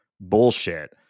bullshit